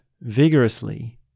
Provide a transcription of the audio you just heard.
vigorously